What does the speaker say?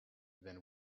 than